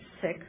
sick